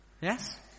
Yes